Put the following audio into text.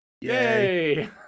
Yay